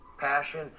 passion